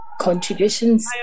contributions